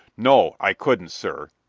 no, i couldn't, sir,